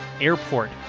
Airport